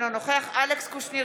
אינו נוכח אלכס קושניר,